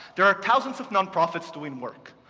there are thousands of nonprofits doing work,